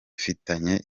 bafitanye